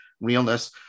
realness